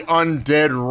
undead